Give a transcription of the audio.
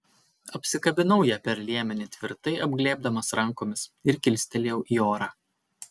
apsikabinau ją per liemenį tvirtai apglėbdamas rankomis ir kilstelėjau į orą